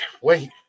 wait